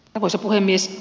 arvoisa puhemies